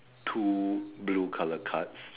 two blue colour cards